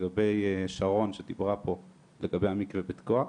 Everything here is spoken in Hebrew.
לגבי שרון שדיברה פה על המקווה בתקוע.